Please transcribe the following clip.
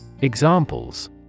Examples